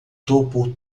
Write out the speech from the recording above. topo